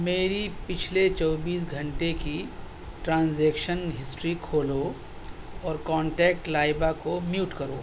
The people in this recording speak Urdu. میری پچھلے چوبیس گھنٹے کی ٹرانزیکشن ہسٹری کھولو اور کانٹیکٹ لاعبہ کو میوٹ کرو